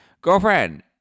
girlfriend